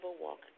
walk